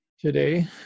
today